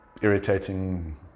irritating